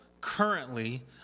currently